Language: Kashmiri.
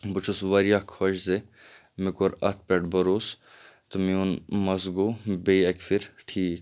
بہٕ چھُس واریاہ خۄش زِ مےٚ کوٚر اَتھ پٮ۪ٹھ بھروسہٕ تہٕ میٛون مَس گوٚو بیٚیہِ اَکہِ پھرِ ٹھیٖک